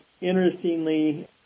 interestingly